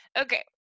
okay